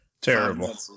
Terrible